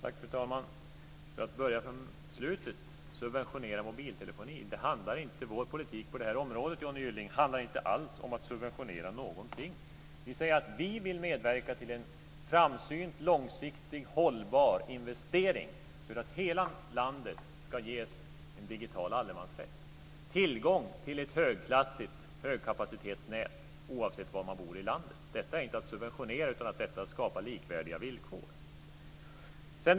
Fru talman! För att börja från slutet ska jag svara på frågan om att subventionera mobiltelefonin. Vår politik på det här området handlar inte alls, Johnny Gylling, om att subventionera någonting. Vi säger att vi vill medverka till en framsynt, långsiktig, hållbar investering för att hela landet ska ges en digital allemansrätt, tillgång till ett högklassigt högkapacitetsnät oavsett var man bor i landet. Detta är inte att subventionera utan för att skapa likvärdiga villkor.